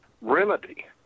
remedy